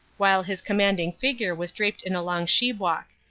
while his commanding figure was draped in a long chibuok.